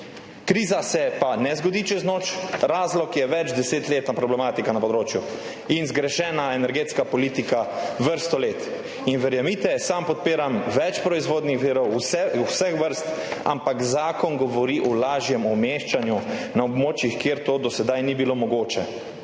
Kriza se ne zgodi čez noč, razlog je večdesetletna problematika na področju in zgrešena energetska politika vrsto let. In verjemite, sam podpiram več proizvodnih virov, vseh vrst, ampak zakon govori o lažjem umeščanju na območjih, kjer to do sedaj ni bilo mogoče.